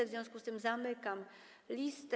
W związku z tym zamykam listę.